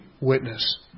witness